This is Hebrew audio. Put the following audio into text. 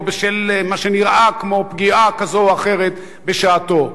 בשל מה שנראה כמו פגיעה כזאת או אחרת בשעתן.